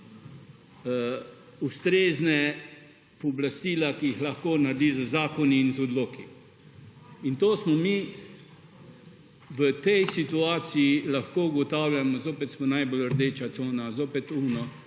Ustrezna pooblastila, ki jih lahko narediš z zakoni in z odloki in to smo mi v tej situaciji lahko ugotavljamo, zopet smo najbolj rdeča cona, zopet umno,